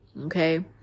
okay